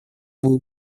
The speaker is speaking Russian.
было